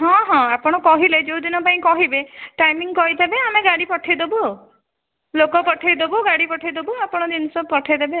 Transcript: ହଁ ହଁ ଆପଣ କହିଲେ ଯୋଉଦିନ ପାଇଁ କହିବେ ଟାଇମିଂ କହିଦେବେ ଆମେ ଗାଡ଼ି ପଠେଇଦେବୁ ଆଉ ଲୋକ ପଠେଇଦେବୁ ଗାଡ଼ି ପଠେଇଦେବୁ ଆପଣ ଜିନିଷ ପଠେଇଦେବେ ଆଉ